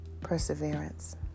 perseverance